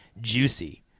Juicy